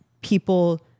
people